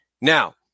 now